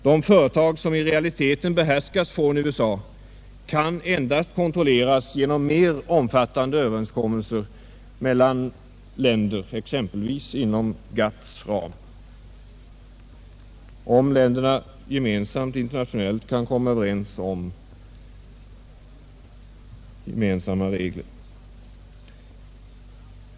De företag som i realiteten behärskas från USA kan endast kontrolleras genom mera omfattande överenskommelser mellan länder, exempelvis inom GATT:s ram, såvida länderna internationellt kan komma överens om gemensamma regler.